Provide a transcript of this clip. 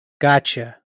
Gotcha